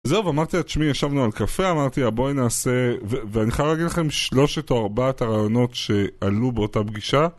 זהו, ואמרתי לה את שמי, ישבנו על קפה, אמרתי, בואי נעשה... ואני חייב להגיד לכם שלושת או ארבעת הרעיונות שעלו באותה פגישה.